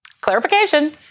Clarification